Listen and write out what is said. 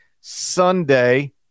Sunday